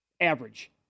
average